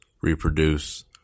reproduce